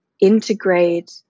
integrate